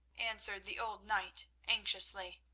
answered the old knight anxiously.